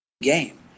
game